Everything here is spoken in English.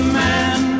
man